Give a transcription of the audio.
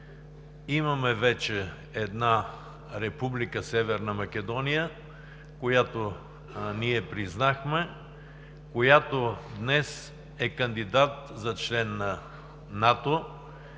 имаме вече една Република Северна Македония, която признахме, която днес е кандидат за член на НАТО,